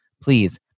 Please